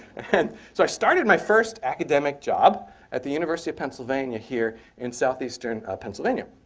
and so i started my first academic job at the university of pennsylvania here in southeastern pennsylvania.